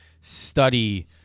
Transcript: study